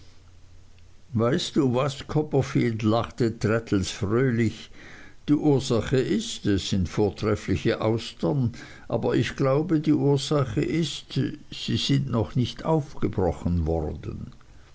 weißt du was copperfield lachte traddles fröhlich die ursache ist es sind vortreffliche austern aber ich glaube die ursache ist sie sind noch nicht aufgebrochen worden